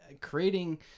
creating